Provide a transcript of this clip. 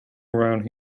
around